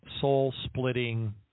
soul-splitting